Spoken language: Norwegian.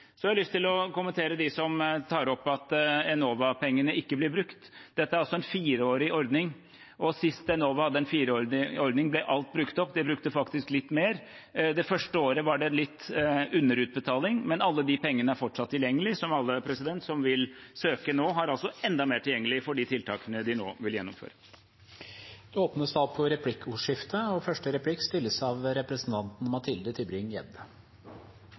Så har jeg lyst til å kommentere dem som tar opp at Enova-pengene ikke blir brukt. Dette er en fireårig ordning, og sist Enova hadde en fireårig ordning, ble alt brukt opp. De brukte faktisk litt mer. Det første året var det litt under-utbetaling, men alle de pengene er fortsatt tilgjengelig, så alle som vil søke nå, har altså enda mer midler tilgjengelig for de tiltakene de nå vil